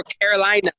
Carolina